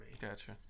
Gotcha